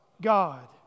god